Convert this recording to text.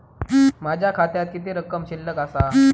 माझ्या खात्यात किती रक्कम शिल्लक आसा?